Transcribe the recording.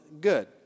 good